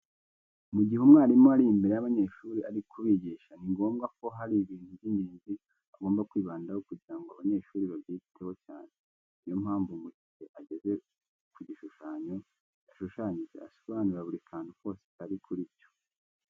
Mu gihe umwarimu ari imbere y'abanyeshuri ari kubigisha ni ngombwa ko hari ibintu by'ingenzi agomba kwibandaho kugira ngo abanyeshuri babyiteho cyane. Niyo mpamvu mu gihe ageze ku gishushanyo yashushanyije asobanura buri kantu kose kari kuri cyo.